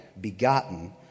begotten